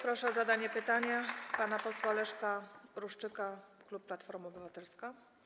Proszę o zadanie pytania pana posła Leszka Ruszczyka, klub Platforma Obywatelska.